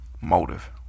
Motive